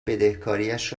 بدهکاریش